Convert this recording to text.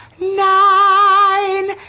nine